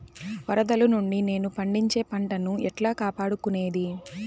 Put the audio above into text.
వరదలు నుండి నేను పండించే పంట ను ఎట్లా కాపాడుకునేది?